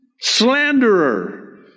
Slanderer